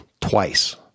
twice